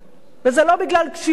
וזה לא בגלל קשיחות